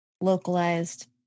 localized